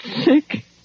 sick